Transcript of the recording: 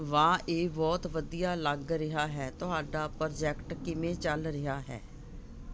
ਵਾਹ ਇਹ ਬਹੁਤ ਵਧੀਆ ਲੱਗ ਰਿਹਾ ਹੈ ਤੁਹਾਡਾ ਪ੍ਰੋਜੈਕਟ ਕਿਵੇਂ ਚੱਲ ਰਿਹਾ ਹੈ